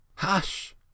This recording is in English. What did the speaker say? Hush